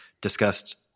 discussed